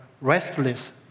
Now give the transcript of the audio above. restless